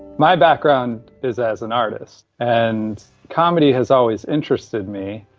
my background is as an artist and comedy has always interested me.